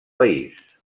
país